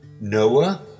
Noah